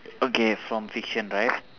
okay from fiction right